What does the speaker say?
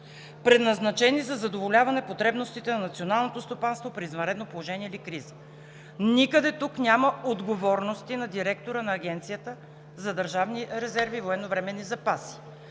предназначени за задоволяване потребностите на националното стопанство при извънредно положение или криза. Никъде тук няма отговорности на директора на Агенция „Държавен резерв и военновременни запаси“.